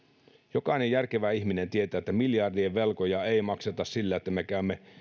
jokainen järkevä ihminen tietää että miljardien velkoja ei makseta sillä että me käymme